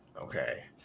Okay